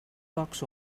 bucks